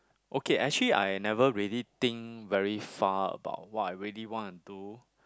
okay actually I never really think very far about what I really want to do